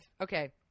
Okay